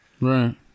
Right